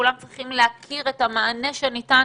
כולם צריכים להכיר את המענה שניתן